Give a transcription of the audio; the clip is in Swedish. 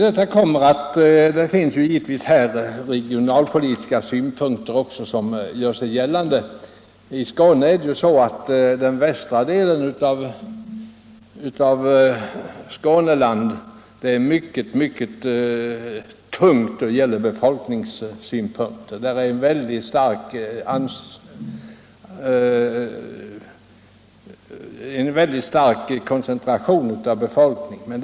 Det finns givetvis också regionalpolitiska synpunkter som gör sig gällande. Den västra delen av Skåne har en mycket stark koncentration av befolkningen.